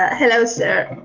ah hello sir.